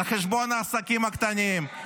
על חשבון העסקים הקטנים,